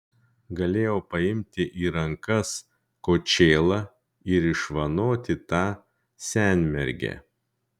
galėjau paimti į rankas kočėlą ir išvanoti tą senmergę